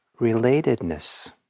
relatedness